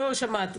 לא שמעת,